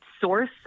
source